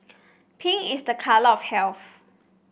pink is the colour of health